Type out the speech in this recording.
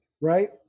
Right